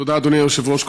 תודה, אדוני היושב-ראש.